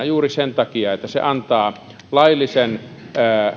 juuri sen takia että se antaa laillisen